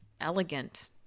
elegant